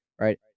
right